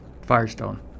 Firestone